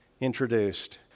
introduced